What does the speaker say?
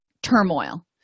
turmoil